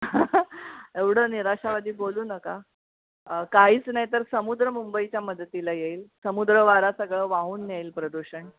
एवढं निराशावादी बोलू नका काहीच नाही तर समुद्र मुंबईच्या मदतीला येईल समुद्र वारा सगळं वाहून नेईल प्रदूषण